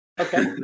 Okay